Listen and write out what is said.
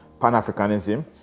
Pan-Africanism